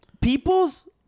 people's